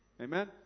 Amen